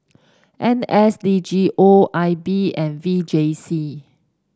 N S D G O I B and V J C